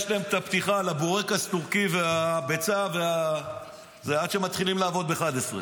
יש להם הפתיחה על הבורקס הטורקי והביצה עד שמתחילים לעבוד ב-11:00.